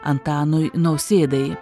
antanui nausėdai